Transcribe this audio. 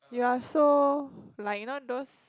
you are so like you know those